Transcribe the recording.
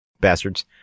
Bastards